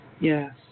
Yes